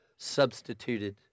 substituted